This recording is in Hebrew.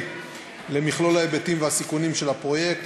למכלול ההיבטים והסיכונים של הפרויקט,